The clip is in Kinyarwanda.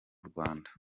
rwanda